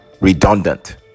redundant